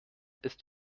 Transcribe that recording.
ist